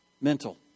mental